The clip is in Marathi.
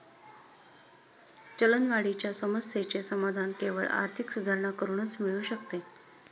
चलनवाढीच्या समस्येचे समाधान केवळ आर्थिक सुधारणा करूनच मिळू शकते